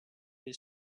his